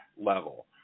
level